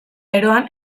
eroan